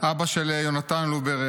אבא של יהונתן לובר,